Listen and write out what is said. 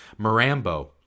Marambo